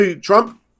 Trump